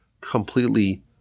completely